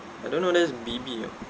I don't know that's B_B or